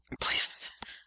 Placement